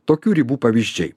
tokių ribų pavyzdžiai